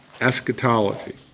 eschatology